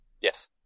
Yes